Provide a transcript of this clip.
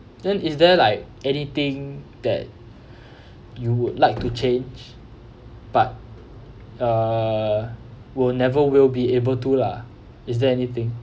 then is there like anything that you would like to change but err will never will be able to lah is there anything